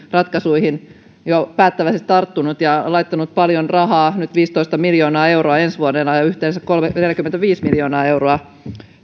ratkaisuihin jo päättäväisesti tarttunut ja laittanut paljon rahaa nyt viisitoista miljoonaa euroa ensi vuodelle ja yhteensä neljäkymmentäviisi miljoonaa euroa